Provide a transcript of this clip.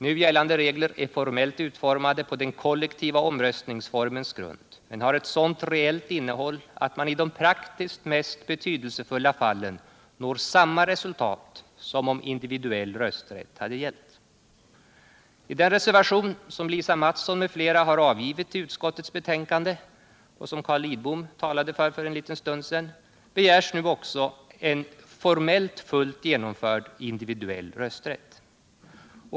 Nu gällande regler är formellt utformade på den kollektiva omröstningsformens grund, men har ett sådant reellt innehåll att man i de praktiskt mest betydelsefulla fallen når samma reslutat som om individuell rösträtt hade gällt. I den reservation som Lisa Mattson m.fl. avgivit till utskottets betänkande och som Carl Lidbom för en liten stund sedan talade för begärs nu en också formellt fullt genomförd individuell rösträtt.